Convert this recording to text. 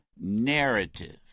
narrative